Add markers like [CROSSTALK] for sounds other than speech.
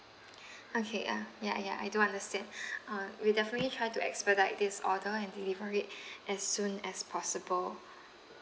[BREATH] okay uh ya ya I do understand [BREATH] uh we'll definitely try to expedite this order and deliver it [BREATH] as soon as possible